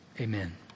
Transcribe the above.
Amen